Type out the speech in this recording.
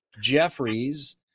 Jeffries